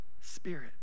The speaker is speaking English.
Spirit